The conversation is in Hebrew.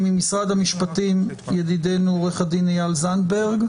ממשרד המשפטים עורך הדין איל זנדברג.